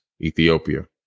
Ethiopia